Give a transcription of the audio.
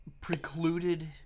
precluded